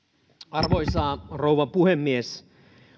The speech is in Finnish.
arvoisa rouva puhemies